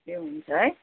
ए हुन्छ है